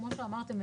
כמושאמרתם,